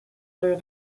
through